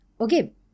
okay